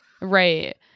Right